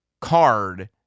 card